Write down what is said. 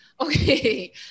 Okay